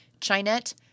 Chinette